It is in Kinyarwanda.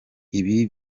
ibi